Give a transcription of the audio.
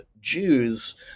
Jews